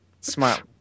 Smart